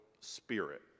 spirit